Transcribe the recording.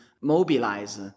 mobilize